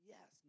Yes